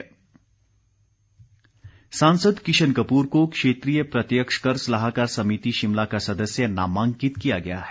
किशन कपुर सांसद किशन कपूर को क्षेत्रीय प्रत्यक्ष कर सलाहकार समिति शिमला का सदस्य नामांकित किया गया है